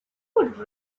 would